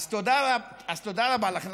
אז תודה רבה לך.